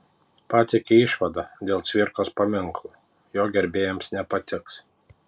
pateikė išvadą dėl cvirkos paminklo jo gerbėjams nepatiks